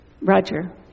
Roger